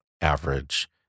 average